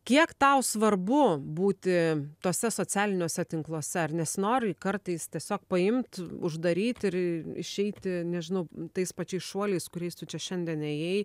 kiek tau svarbu būti tuose socialiniuose tinkluose ar nesinori kartais tiesiog paimt uždaryt ir išeiti nežinau tais pačiais šuoliais kuriais tu čia šiandien ėjai